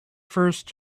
first